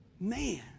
Man